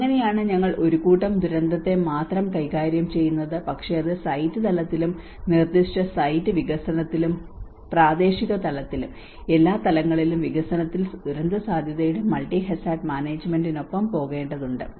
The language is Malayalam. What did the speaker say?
അങ്ങനെയാണ് ഞങ്ങൾ ഒരു കൂട്ടം ദുരന്തത്തെ മാത്രം കൈകാര്യം ചെയ്യുന്നത് പക്ഷേ അത് സൈറ്റ് തലത്തിലും നിർദ്ദിഷ്ട സൈറ്റ് തലത്തിലും പ്രാദേശിക തലത്തിലും എല്ലാ തലങ്ങളിലും വികസനത്തിൽ ദുരന്തസാധ്യതയുടെ മൾട്ടി ഹാസാർഡ് മാനേജ്മെന്റിനൊപ്പം പോകേണ്ടതുണ്ട്